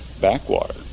backwater